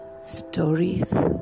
stories